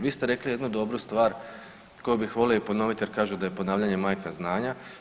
Vi ste rekli jednu dobru stvar koju bih volio i ponoviti jer kažu da je ponavljanje majka znanja.